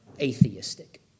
atheistic